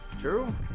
True